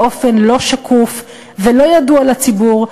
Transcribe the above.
באופן לא שקוף ולא ידוע לציבור.